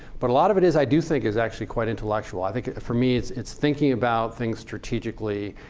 but a lot of it is i do think is actually quite intellectual. i think for me it's it's thinking about things strategically.